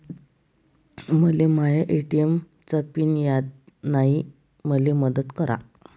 मले माया ए.टी.एम चा पिन याद नायी, मले मदत करा